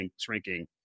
shrinking